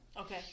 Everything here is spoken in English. Okay